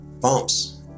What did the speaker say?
bumps